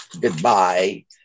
goodbye